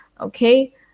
Okay